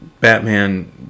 batman